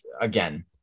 again